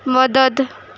مدد